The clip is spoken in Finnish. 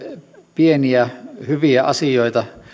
pieniä hyviä asioita